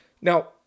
Now